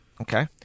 Okay